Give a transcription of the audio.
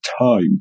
time